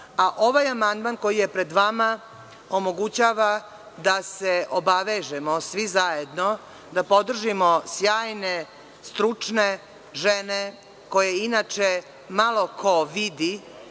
Ovaj amandman koji je pred vama omogućava da se svi zajedno obavežemo, da podržimo sjajne, stručne žene koje inače malo ko vidi